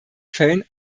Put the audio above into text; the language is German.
fällen